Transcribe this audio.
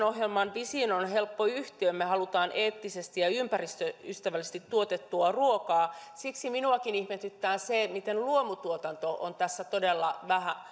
ohjelman visioon on helppo yhtyä me haluamme eettisesti ja ympäristöystävällisesti tuotettua ruokaa siksi minuakin ihmetyttää se miten luomutuotanto on tässä todella